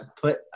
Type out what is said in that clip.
put